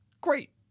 great